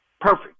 perfect